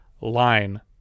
Line